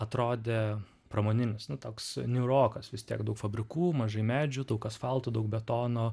atrodė pramoninis nu toks niūrokas vis tiek daug fabrikų mažai medžių daug asfalto daug betono